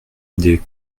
des